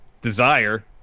desire